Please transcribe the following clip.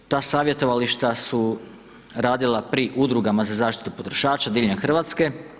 Ta Savjetovališta su radila pri Udrugama za zaštitu potrošača diljem RH.